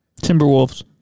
Timberwolves